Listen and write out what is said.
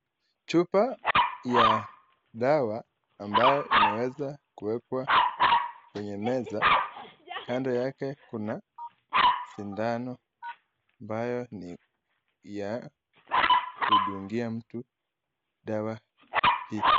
Chupa ya dawa ambayo imeweza kuwekwa kwenye meza kando yake kuna sindano ambayo ni ya kudungia mtu dawa hii.